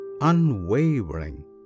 unwavering